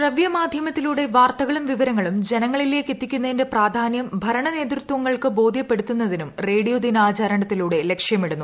ശ്രവ്യ മാധ്യമത്തിലൂടെ വാർത്തകളും വിവരങ്ങളും ജനങ്ങളിലേക്കെത്തിക്കുന്നതിന്റെ പ്രാധാന്യം ഭരണനേതൃത്വങ്ങൾക്ക് ബോധ്യപ്പെടുത്തുന്നതിനും റേഡിയോ ദിനാചരണത്തിലൂടെ ലക്ഷ്യമിടുന്നു